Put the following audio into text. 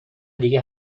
دیگه